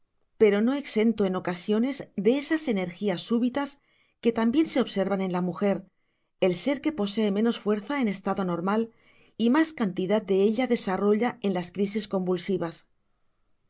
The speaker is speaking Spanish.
pero no exento en ocasiones de esas energías súbitas que también se observan en la mujer el ser que posee menos fuerza en estado normal y más cantidad de ella desarrolla en las crisis convulsivas